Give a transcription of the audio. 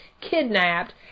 kidnapped